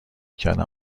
کردم